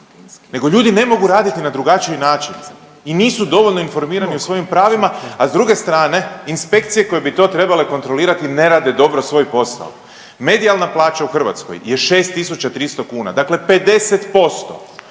nego ljudi ne mogu raditi na drugačiji način i nisu dovoljno informirani o svojim pravima, a s druge strane inspekcije koje bi to trebale kontrolirati ne rade dobro svoj posao. Medijalna plaća u Hrvatskoj je 6.300 kuna dakle 50%